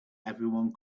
everyone